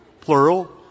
Plural